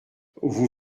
vous